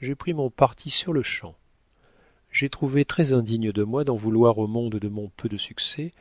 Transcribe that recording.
j'ai pris mon parti sur le champ j'ai trouvé très indigne de moi d'en vouloir au monde de mon peu de succès